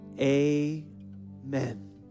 Amen